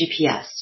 GPS